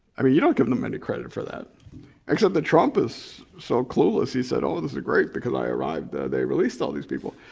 i mean you don't give them any credit for that except that trump is so clueless he said, oh this is great because i arrived they released all these people.